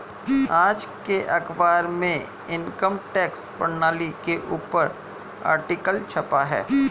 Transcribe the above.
आज के अखबार में इनकम टैक्स प्रणाली के ऊपर आर्टिकल छपा है